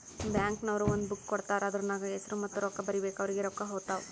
bank ನವ್ರು ಒಂದ್ book ಕೊಡ್ತಾರ್ ಅದೂರ್ನಗ್ ಹೆಸುರ ಮತ್ತ ರೊಕ್ಕಾ ಬರೀಬೇಕು ಅವ್ರಿಗೆ ರೊಕ್ಕಾ ಹೊತ್ತಾವ್